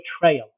betrayal